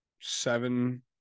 seven